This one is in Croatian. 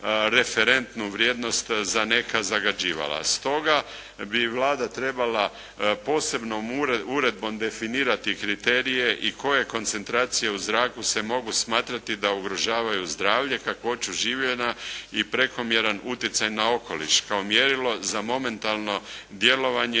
referentnu vrijednost za neka zagađivala. Stoga bi Vlada trebala posebnom uredbom definirati kriterije i koje koncentracije u zraku se mogu smatrati da ugrožavaju zdravlje, kakvoću življenja i prekomjeran utjecaj na okoliš kao mjerilo za momentalno djelovanje